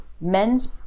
men's